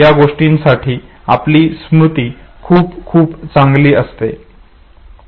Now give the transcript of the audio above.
या गोष्टींसाठी आपली स्मृती खूप खूप चांगली असते